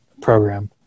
program